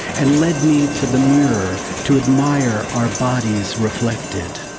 and led me to the mirror to admire our bodies reflected.